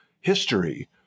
history